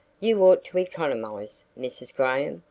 you ought to economize, mrs. graham,